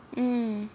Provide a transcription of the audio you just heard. mm